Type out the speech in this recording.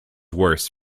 worse